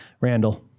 Randall